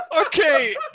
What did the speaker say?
Okay